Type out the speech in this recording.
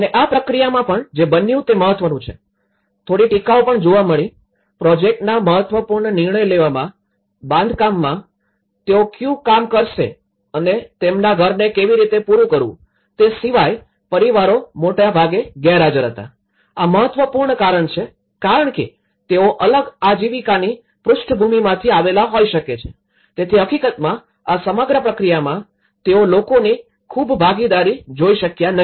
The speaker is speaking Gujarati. અને આ પ્રકીયામાં પણ જે બન્યું તે મહત્વનું છે થોડી ટીકાઓ પણ જોવા મળી પ્રોજેક્ટના મહત્વપૂર્ણ નિર્ણય લેવામાં બાંધકામમાં તેઓ ક્યુ કામ કરશે અને તેમના ઘરને કેવી રીતે પૂરું કરવું તે સિવાય પરિવારો મોટા ભાગે ગેરહાજર હતા આ મહત્વપૂર્ણ છે કારણ કે તેઓ અલગ આજીવિકાની પૃષ્ઠભૂમિમાંથી આવેલા હોઈ શકે છે તેથી હકીકતમાં આ સમગ્ર પ્રક્રિયામાં તે લોકોની ખુબ ભાગીદારી જોઈ શક્યા નહી